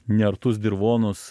neartus dirvonus